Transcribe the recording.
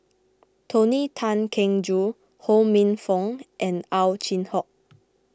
Tony Tan Keng Joo Ho Minfong and Ow Chin Hock